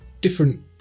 different